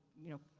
you know,